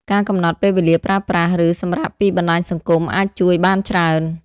ការកំណត់ពេលវេលាប្រើប្រាស់ ឬសម្រាកពីបណ្តាញសង្គមអាចជួយបានច្រើន។